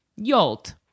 YOLT